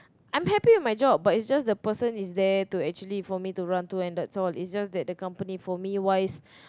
I am happy with my job but it's just the person is there to actually for me to run to and that's all is just that the company for me wise